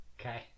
Okay